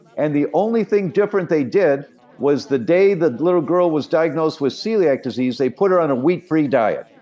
and the only thing different they did was the day that little girl was diagnosed with celiac disease, they put her on a wheat free diet.